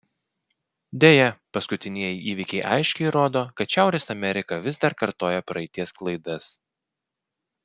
deja paskutinieji įvykiai aiškiai rodo kad šiaurės amerika vis dar kartoja praeities klaidas